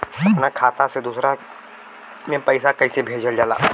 अपना खाता से दूसरा में पैसा कईसे भेजल जाला?